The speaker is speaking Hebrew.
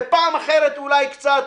ופעם אחרת, אולי קצת